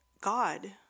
God